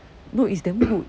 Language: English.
no it's damn good